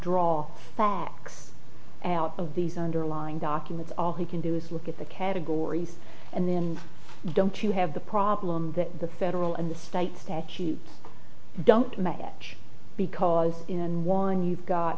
draw out of these underlying documents all he can do is look at the categories and then don't you have the problem that the federal and the state statutes don't match because in one you've got